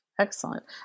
Excellent